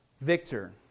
Victor